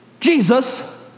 Jesus